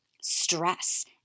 stress